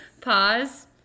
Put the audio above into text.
Pause